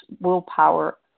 willpower